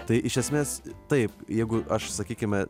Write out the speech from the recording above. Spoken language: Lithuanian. tai iš esmės taip jeigu aš sakykime